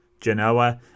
Genoa